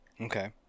Okay